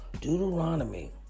Deuteronomy